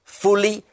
fully